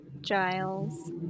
Giles